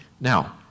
Now